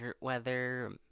weather